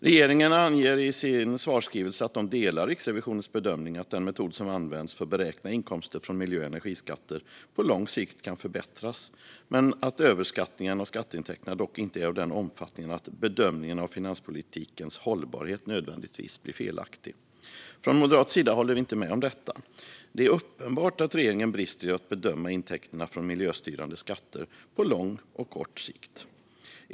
Regeringen anger i sin svarsskrivelse att de delar Riksrevisionens bedömning att den metod som används för att beräkna inkomster från miljö och energiskatter på lång sikt kan förbättras, men att överskattningen av skatteintäkterna dock inte är av den omfattningen att bedömningen av finanspolitikens hållbarhet nödvändigtvis blir felaktig. Från moderat sida håller vi inte med om detta. Det är uppenbart att regeringen brister i att bedöma intäkterna från miljöstyrande skatter på lång och kort sikt.